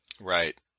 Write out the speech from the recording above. right